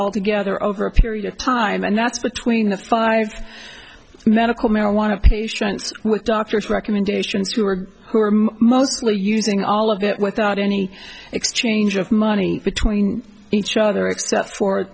all together over a period of time and that's between the five medical marijuana patients with doctors recommendations to or who are mostly using all of it without any exchange of money between each other except for